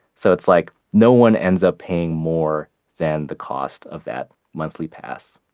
so it's like no one ends up paying more than the cost of that monthly pass